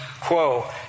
quo